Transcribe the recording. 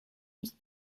nicht